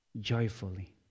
joyfully